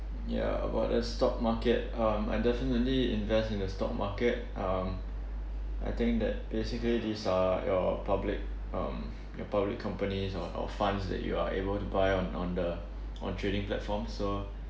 ya about the stock market um I definitely invest in the stock market um I think that basically these are your public um your public companies or your funds that you are able to buy on on the on trading platforms so